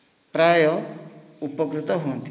ପ୍ରାୟ ଉପକୃତ ହୁଅନ୍ତି